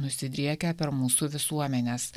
nusidriekę per mūsų visuomenes